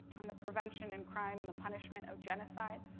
and the prevention in crime and the punishment of genocide,